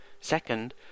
Second